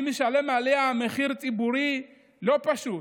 אני משלם עליה מחיר ציבורי לא פשוט